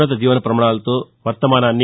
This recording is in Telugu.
ఉన్నత జీవన ప్రమాణాలతో వర్తమానాన్ని